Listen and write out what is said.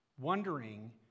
wondering